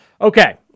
Okay